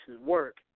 work